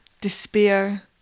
despair